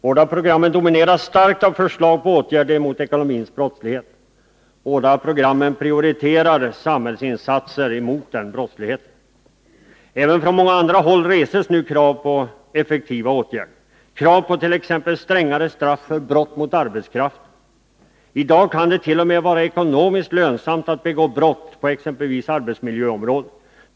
Båda programmen domineras starkt av förslag till åtgärder mot ekonomisk brottslighet, och i båda programmen prioriteras samhällsinsatser mot denna brottslighet. Även på många andra håll reses nu krav på effektiva åtgärder, krav på t.ex. strängare straff för brott mot arbetskraften. I dag kan dett.o.m. vara ekonomiskt lönsamt att begå brott på exempelvis arbetsmiljöområdet.